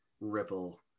ripple